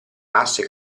masse